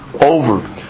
over